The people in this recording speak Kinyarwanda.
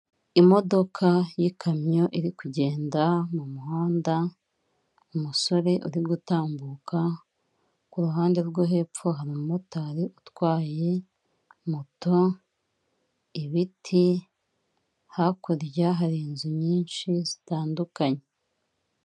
Imodoka y'ikamyo iri kugenda mu muhanda, umusore uri gutambuka, ku ruhande rwo hepfo hari umumotari utwaye moto, ibiti, hakurya hari inzu nyinshi zitandukanye.